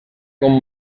con